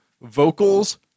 Vocals